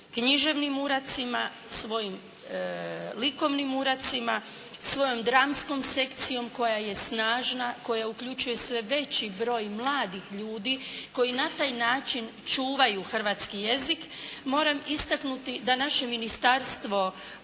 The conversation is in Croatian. književnim uracima, svojim likovnim uracima, svojom dramskom sekcijom koja je snažna, koja uključuje sve veći broj mladih ljudi koji na taj način čuvaju hrvatski jezik. Moram istaknuti da naše Ministarstvo